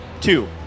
Two